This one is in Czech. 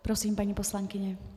Prosím, paní poslankyně.